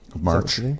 March